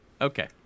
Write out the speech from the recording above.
Okay